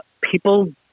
People